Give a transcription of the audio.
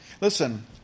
listen